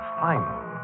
final